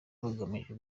hagamijwe